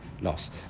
loss